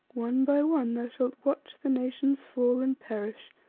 one by one thou shalt watch the nations fall and perish,